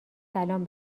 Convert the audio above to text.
سلام